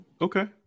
Okay